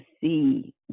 see